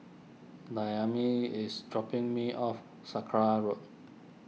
Dayami is dropping me off Sakra Road